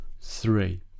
three